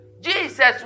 Jesus